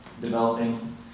developing